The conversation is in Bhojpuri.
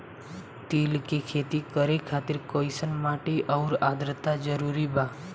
तिल के खेती करे खातिर कइसन माटी आउर आद्रता जरूरी बा?